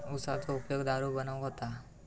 उसाचो उपयोग दारू बनवूक होता